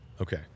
Okay